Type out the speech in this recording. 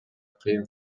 кыйын